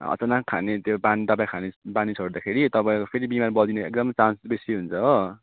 अचानक खाने त्यो बानी दवाई खाने बानी छोड्दाखेरि तपाईँको फेरि बिमार बल्जिने एकदमै चान्स बेसी हुन्छ हो